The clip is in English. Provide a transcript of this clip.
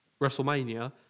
WrestleMania